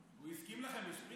הוא הסכים לכם בשפרינצק?